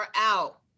out